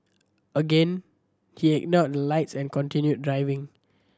again he ignored the lights and continued driving